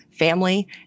family